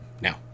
now